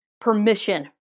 permission